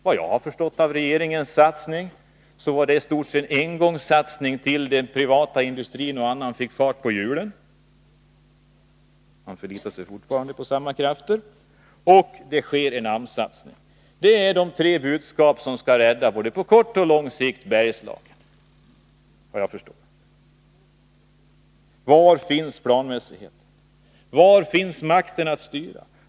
Vad jag har förstått är regeringens satsning i stort sett en engångssatsning till dess den privata industrin och annan industri får fart på hjulen. Man förlitar sig fortfarande på samma krafter. Det sker också en AMS-satsning. Det är dessa tre budskap som tydligen skall rädda Bergslagen både på kort och på lång sikt. Var finns planmässigheten? Var finns makten att styra?